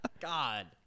God